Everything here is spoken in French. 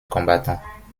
combattants